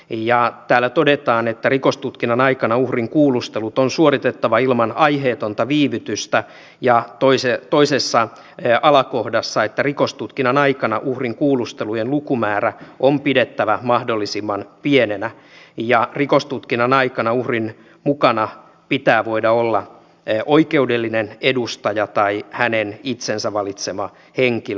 ja täällä todetaan että rikostutkinnan aikana uhrin kuulustelut on suoritettava ilman aiheetonta viivytystä ja toisessa alakohdassa että rikostutkinnan aikana uhrin kuulustelujen lukumäärä on pidettävä mahdollisimman pienenä ja rikostutkinnan aikana uhrin mukana pitää voida olla oikeudellinen edustaja tai hänen itsensä valitsema henkilö